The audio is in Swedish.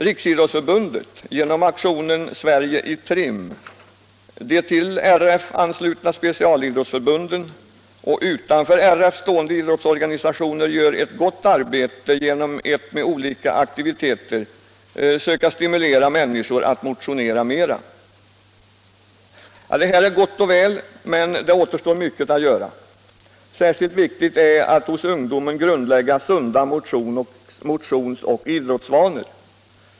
Riksidrottsförbundet, genom aktionen ”Sverige i trim”, de till RF anslutna specialidrottsförbunden och utanför RF stående idrottsorganisationer gör ett gott arbete genom att med olika aktiviteter söka stimulera människor att motionera mera. Det här är gott och väl, men det återstår mycket att göra. Särskilt viktigt är att hos ungdomen grundlägga sunda motionsoch idrottsvanor.